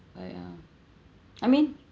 uh ya I mean